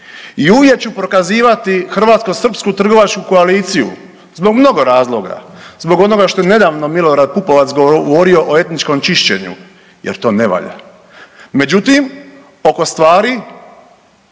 i uvijek ću prokazivati hrvatsko-srpsku trgovačku koaliciju zbog mnogo razloga, zbog onoga što je nedavno Milorad Pupovac govorio o etničkom čišćenju jer to ne valja. Međutim, oko stvari